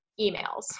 emails